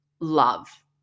love